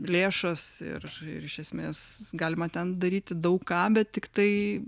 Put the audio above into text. lėšas ir iš esmės galima ten daryti daug ką bet tiktai